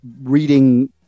reading